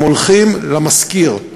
הם הולכים למשכיר,